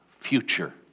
future